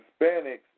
Hispanics